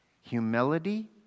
humility